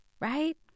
right